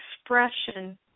expression